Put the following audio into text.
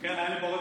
רבה,